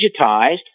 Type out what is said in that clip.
digitized